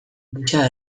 giza